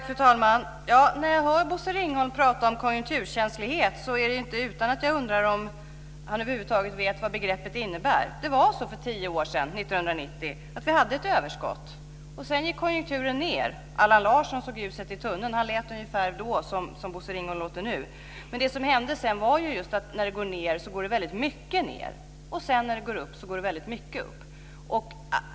Fru talman! När jag hör Bosse Ringholm prata om konjunkturkänslighet är det inte utan att jag undrar om han över huvud taget vet vad begreppet innebär. Det var så för tio år sedan, 1990, att vi hade ett överskott. Sedan gick konjunkturen ned. Allan Larsson såg ljuset i tunneln. Han lät då ungefär som Bosse Ringholm låter nu. Men när det går ned, går det ned väldigt mycket. När det sedan går upp, går det upp väldigt mycket.